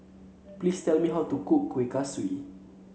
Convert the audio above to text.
please tell me how to cook Kuih Kaswi